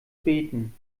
beten